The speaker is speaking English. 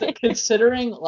considering